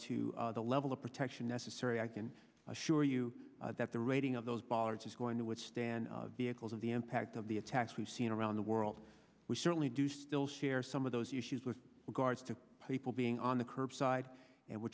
to the level of protection necessary i can assure you that the rating of those bollards is going to withstand vehicles of the impact of the attacks we've seen around the world we certainly do still share some of those issues with regards to people being on the curbside and we're